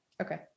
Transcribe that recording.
Okay